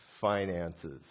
finances